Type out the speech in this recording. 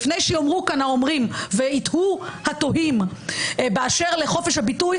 לפני שיאמרו כאן האומרים ויתהו התוהים באשר לחופש הביטוי,